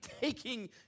taking